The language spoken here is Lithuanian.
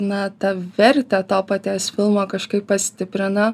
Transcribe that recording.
na tą vertę to padės filmo kažkaip pastiprina